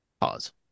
Pause